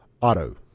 auto